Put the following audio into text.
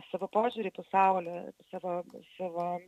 savo požiūrį į pasaulį savo savo